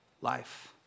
Life